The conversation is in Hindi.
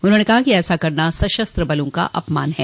उन्होंने कहा कि ऐसा करना सशस्त्र बलों का अपमान है